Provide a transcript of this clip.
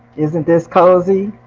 isn't this cozy?